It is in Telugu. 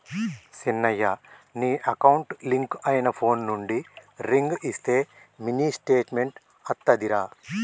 సిన్నయ నీ అకౌంట్ లింక్ అయిన ఫోన్ నుండి రింగ్ ఇస్తే మినీ స్టేట్మెంట్ అత్తాదిరా